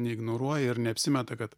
neignoruoja ir neapsimeta kad